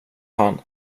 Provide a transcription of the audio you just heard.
han